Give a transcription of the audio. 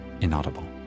inaudible